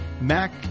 mac